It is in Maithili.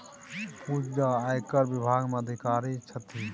पूजा आयकर विभाग मे अधिकारी छथि